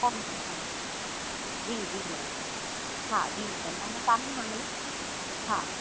जी जी मैम हा जी हा